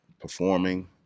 performing